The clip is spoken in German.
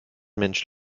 mensch